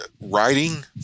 writing